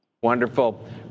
Wonderful